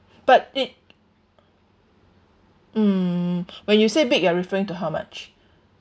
but it mm when you say big you are referring to how much